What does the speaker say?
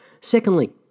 Secondly